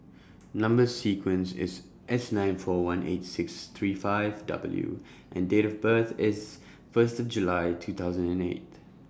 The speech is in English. Number sequence IS S nine four one eight six three five W and Date of birth IS First July two thousand and eight